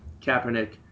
Kaepernick